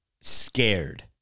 scared